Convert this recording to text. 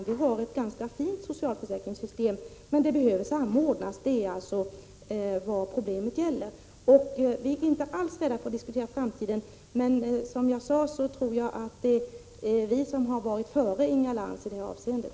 Det är ett ganska fint system, men det behöver samordnas, och det är vad problemet gäller. Vi är inte alls rädda för att diskutera framtiden, men som jag sade tror jag att vi ligger före Inga Lantz i det avseendet.